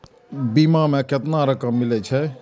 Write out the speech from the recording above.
बीमा में केतना रकम मिले छै?